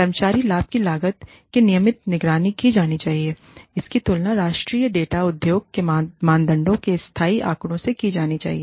कर्मचारी लाभ की लागत की नियमित निगरानी की जानी चाहिए और इसकी तुलना राष्ट्रीय डेटा उद्योग के मानदंडों और स्थानीय आंकड़ों से की जानी चाहिए